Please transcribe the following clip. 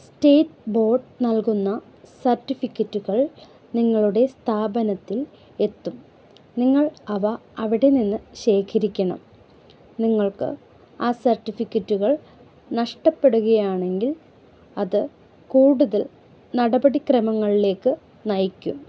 state board നൽകുന്ന സർട്ടിഫിക്കറ്റുകൾ നിങ്ങളുടെ സ്ഥാപനത്തിൽ എത്തും നിങ്ങൾ അവ അവിടെ നിന്ന് ശേഖരിക്കണം നിങ്ങൾക്ക് ആ സർട്ടിഫിക്കറ്റുകൾ നഷ്ടപ്പെട്കയാണെങ്കിൽ അത് കൂടുതൽ നടപടിക്രമങ്ങളിലേക്ക് നയിക്കും